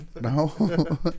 No